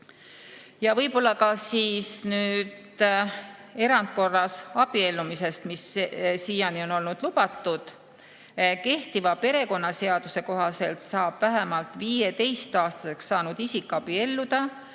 suhetesse. Ja nüüd erandkorras abiellumisest, mis siiani on olnud lubatud. Kehtiva perekonnaseaduse kohaselt saab vähemalt 15‑aastaseks saanud isik abielluda,